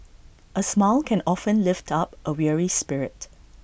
A smile can often lift up A weary spirit